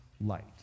light